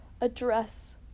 address